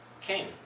king